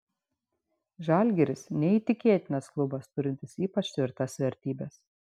žalgiris neįtikėtinas klubas turintis ypač tvirtas vertybes